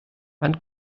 wann